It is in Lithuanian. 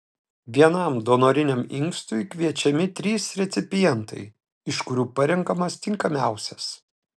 vienam donoriniam inkstui kviečiami trys recipientai iš kurių parenkamas tinkamiausias